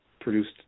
produced